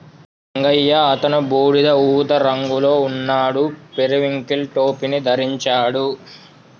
రంగయ్య అతను బూడిద ఊదా రంగులో ఉన్నాడు, పెరివింకిల్ టోపీని ధరించాడు